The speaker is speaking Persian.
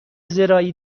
زراعی